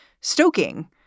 stoking